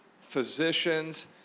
physicians